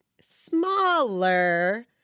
smaller